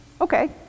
okay